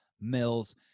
Mills